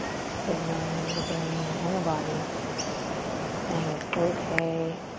signaling the brain and the body saying it's okay